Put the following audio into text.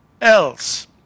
else